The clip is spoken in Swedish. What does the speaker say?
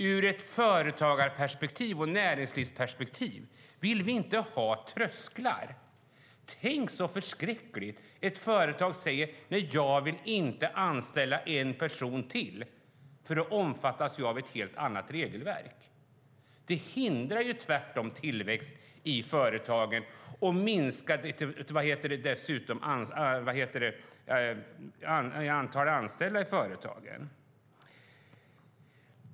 Ur ett företagar och näringslivsperspektiv vill vi inte ha trösklar. Tänk så förskräckligt om en företagare säger: Nej, jag vill inte anställa en person till, för då omfattas jag av ett helt annat regelverk. Detta hindrar tillväxt i företagen och minskar dessutom antalet anställda.